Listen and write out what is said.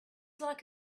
like